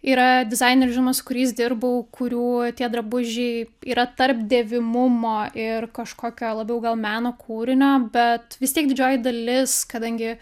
yra dizainerių žinoma su kuriais dirbau kurių tie drabužiai yra tarp dėvimumo ir kažkokio labiau gal meno kūrinio bet vis tiek didžioji dalis kadangi